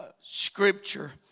Scripture